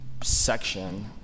section